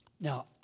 Now